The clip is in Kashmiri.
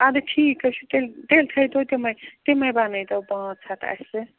ادٕ ٹھیٖک چھُ تیٚلہِ تیٚلہِ تھٲتو تِمَے تِمَے بنٲتو پانٛژھ ہتھ اَسہِ